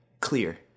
Clear